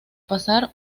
pasar